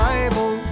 Bible